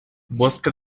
bosque